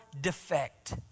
defect